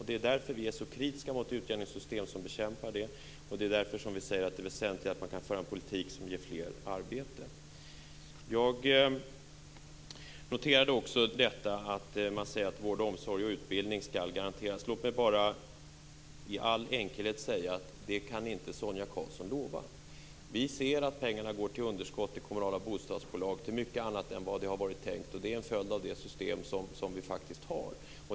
Det är därför som vi är så kritiska mot utjämningssystemet som bekämpar detta, och det är därför som vi säger att det väsentliga är att man kan föra en politik som ger fler människor arbete. Jag noterade också att man säger att vård, omsorg och utbildning skall garanteras. Låt mig bara i all enkelhet säga att detta kan inte Sonia Karlsson lova. Vi ser att pengarna går till underskott i kommunala bostadsbolag och till mycket annat än vad det var tänkt. Det är en följd av det system som vi faktiskt har.